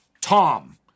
Tom